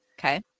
Okay